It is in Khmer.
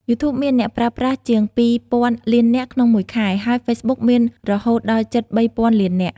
យូធូបមានអ្នកប្រើប្រាស់ជាងពីរពាន់លាននាក់ក្នុងមួយខែ ហើយហ្វេសប៊ុកមានរហូតដល់ជិតបីពាន់លាននាក់។